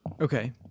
Okay